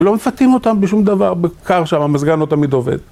לא מפתים אותם בשום דבר בקר שם, המזגן לא תמיד עובד.